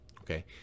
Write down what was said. Okay